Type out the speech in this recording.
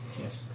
Yes